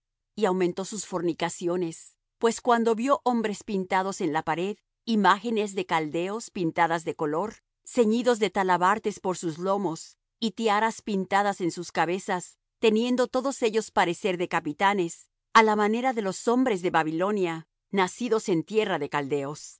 y aumentó sus fornicaciones pues cuando vió hombres pintados en la pared imágenes de caldeos pintadas de color ceñidos de talabartes por sus lomos y tiaras pintadas en sus cabezas teniendo todos ellos parecer de capitanes á la manera de los hombres de babilonia nacidos en tierra de caldeos